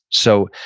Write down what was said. so,